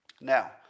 Now